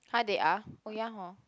(huh) they are oh ya hor